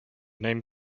name